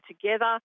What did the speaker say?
together